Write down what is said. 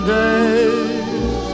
days